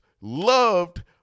loved